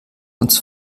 uns